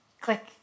click